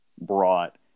brought